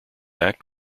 act